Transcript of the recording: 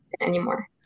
anymore